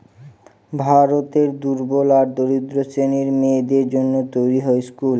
ভারতের দুর্বল আর দরিদ্র শ্রেণীর মেয়েদের জন্য তৈরী হয় স্কুল